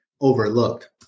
overlooked